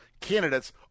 candidates